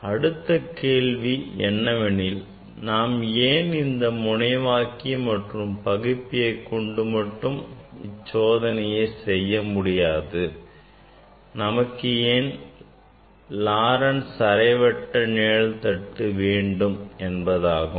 அடுத்த கேள்வி என்னவெனில் நாம் ஏன் இந்த முனைவாக்கி மற்றும் பகுப்பியைக் கொண்டு மட்டும் இச்சோதனையை செய்ய முடியாது நமக்கு ஏன் Laurent's அரைவட்ட நிழல் தட்டு வேண்டும் என்பதாகும்